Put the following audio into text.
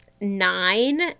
nine